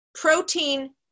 Protein